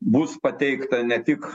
bus pateikta ne tik